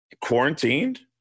quarantined